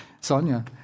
Sonia